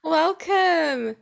welcome